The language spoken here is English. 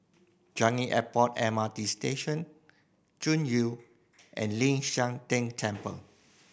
Changi Airport M R T Station Chuan View and Ling San Teng Temple